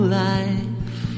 life